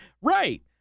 Right